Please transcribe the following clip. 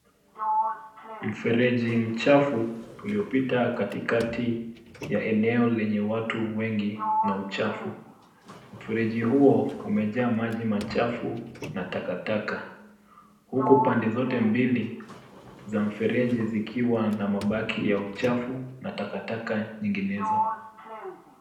Mfereji mchafu ulio pita katikati ya eneo lenye watu wengi na uchafu. Mfereji huo umejaa maji machafu na takataka, huku pande zote mbili za mfereji zikiwa na mabaki ya uchafu na takataka nyinginezo.